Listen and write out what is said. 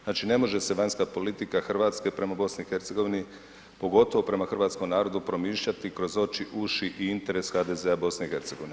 Znači ne može se vanjska politika Hrvatske prema BiH pogotovo prema hrvatskom narodu promišljati kroz oči, uši i interes HDZ-a BiH.